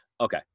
Okay